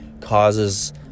causes